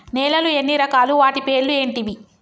నేలలు ఎన్ని రకాలు? వాటి పేర్లు ఏంటివి?